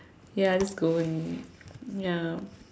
ya just go in ya